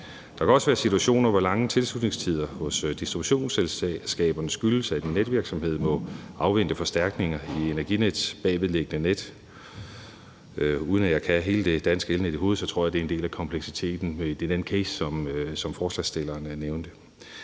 Der også være situationer, hvor lange tilslutningstider hos distributionsselskaberne skyldes, at en netvirksomhed må afvente forstærkninger i Energinets bagvedliggende net, og uden jeg kan i hele det danske elnet i hovedet, tror jeg det er en del af kompleksiteten i den case, som forslagsstillerne nævnte.